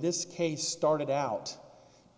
this case started out